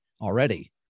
already